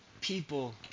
people